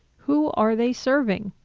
who are they serving?